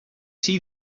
see